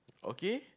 okay